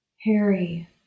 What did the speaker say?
Harry